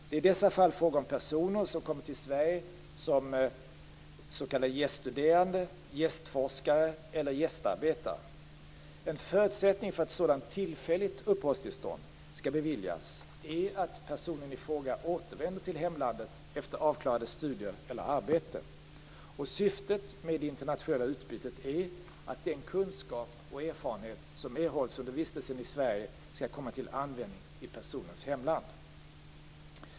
Det är i dessa fall fråga om personer som kommer till Sverige som s.k. gäststuderande, gästforskare eller gästarbetare. En förutsättning för att ett sådant tillfälligt uppehållstillstånd skall beviljas är att personen i fråga återvänder till hemlandet efter avklarade studier eller arbete. Syftet med det internationella utbytet är att den kunskap och erfarenhet som erhålls under vistelsen i Sverige skall komma till användning i personens hemland.